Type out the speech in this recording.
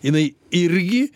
jinai irgi